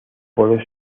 sur